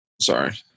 sorry